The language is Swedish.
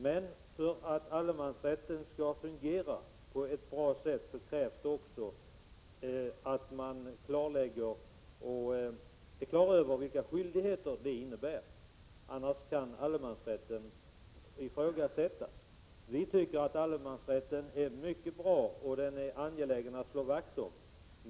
Men för att allemansrätten skall fungera på ett bra sätt krävs det också att man klarlägger vilka skyldigheter den innebär, annars kan allemansrätten ifrågasättas. Vi tycker att allemansrätten är mycket bra. Det är angeläget att slå vakt om den.